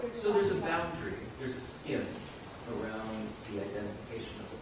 so, there's a boundary, there's a skin around the identification